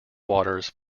waters